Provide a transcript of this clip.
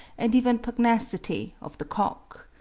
and even pugnacity of the cock.